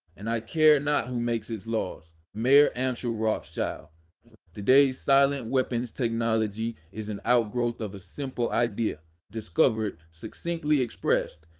and i care not who makes its laws. mayer amschel rothschild today's silent weapons technology is an outgrowth of a simple idea discovered, succinctly expressed,